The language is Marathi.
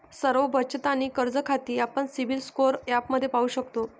सर्व बचत आणि कर्ज खाती आपण सिबिल स्कोअर ॲपमध्ये पाहू शकतो